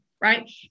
right